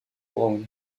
brown